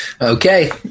Okay